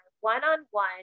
one-on-one